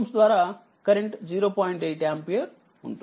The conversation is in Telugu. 8ఆంపియర్ఉంటుంది